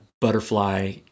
butterfly